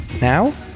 Now